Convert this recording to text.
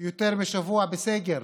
יותר משבוע, בסגר,